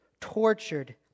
tortured